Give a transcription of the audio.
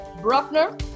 Bruckner